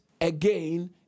again